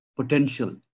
potential